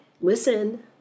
listen